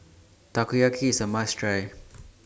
Takoyaki IS A must Try